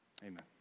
Amen